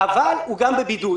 אבל הוא גם בבידוד